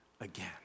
again